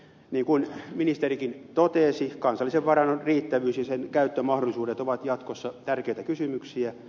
niin kuin ministerikin totesi kansallisen varannon käyttömahdollisuudet ja riittävyys ovat jatkossa tärkeitä kysymyksiä